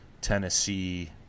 tennessee